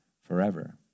forever